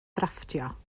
drafftio